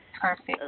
Perfect